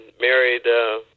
married